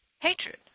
hatred